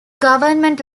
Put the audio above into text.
government